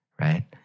right